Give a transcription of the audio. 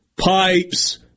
pipes